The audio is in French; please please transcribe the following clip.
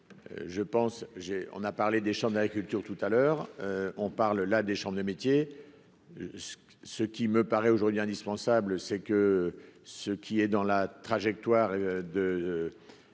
je pense j'ai on a parlé des chambres d'agriculture tout à l'heure, on parle là des chambres de métiers, ce qui me paraît aujourd'hui indispensable, c'est que ce qui est dans la trajectoire de